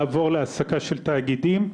לעבור להעסקה של תאגידים,